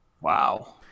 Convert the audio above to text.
Wow